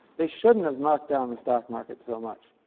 they shouldn't have marked down the stock market so much,